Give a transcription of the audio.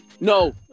No